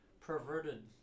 perverted